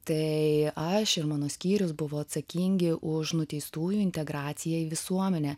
tai aš ir mano skyrius buvo atsakingi už nuteistųjų integracijai visuomenę